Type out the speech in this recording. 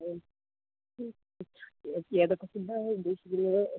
ആ ഏതൊക്കെ ഫുഡാണ് ഉദ്ദേശിക്കുന്നത്